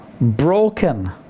broken